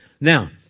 Now